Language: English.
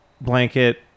blanket